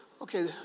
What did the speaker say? okay